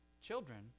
Children